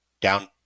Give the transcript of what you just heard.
Down